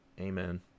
Amen